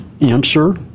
answer